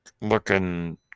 looking